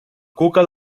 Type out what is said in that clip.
cuca